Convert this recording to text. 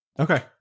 Okay